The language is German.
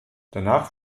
danach